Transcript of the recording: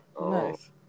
nice